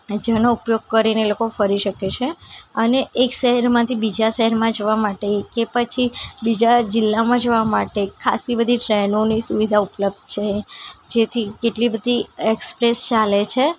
જેનો ઉપયોગ કરીને લોકો ફરી શકે છે અને એક શહેરમાંથી બીજા શહેરમાં જવા માટે કે પછી બીજા જિલ્લામાં જવા માટે ખાસી બધી ટ્રેનોની સુવિધા ઉપલબ્ધ છે જેથી કેટલી બધી ઍક્સપ્રેસ ચાલે છે